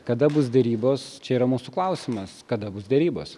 kada bus derybos čia yra mūsų klausimas kada bus derybos